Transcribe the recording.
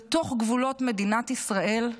בתוך גבולות מדינת ישראל,